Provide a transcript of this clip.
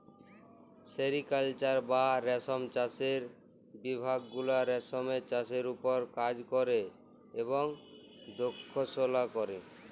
sericulture বা রেশম চাষের বিভাগ গুলা রেশমের চাষের উপর কাজ ক্যরে এবং দ্যাখাশলা ক্যরে